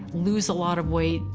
lose a lot of weight,